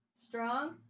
strong